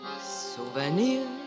souvenirs